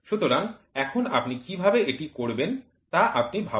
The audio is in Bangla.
সুতরাং এখন আপনি কীভাবে এটি করবেন তা আপনি ভাবুন